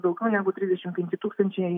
daugiau negu trisdešim penki tūkstančiai